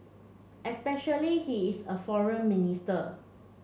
especially he is a foreign minister